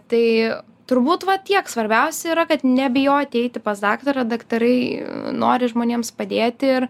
tai turbūt va tiek svarbiausia yra kad nebijoti eiti pas daktarą daktarai nori žmonėms padėti ir